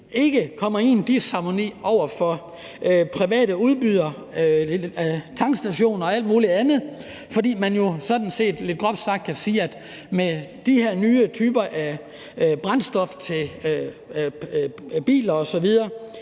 ikke kommer i disharmoni i forhold til private udbydere, tankstationer og alt muligt andet, fordi man jo sådan set lidt groft sagt kan sige, at de her nye typer af brændstof til biler osv.